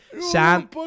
Sam